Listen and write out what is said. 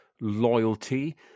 loyalty